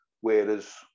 Whereas